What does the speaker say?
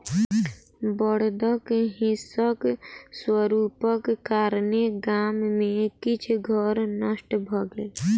बड़दक हिंसक स्वरूपक कारणेँ गाम में किछ घर नष्ट भ गेल